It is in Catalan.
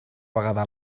vegada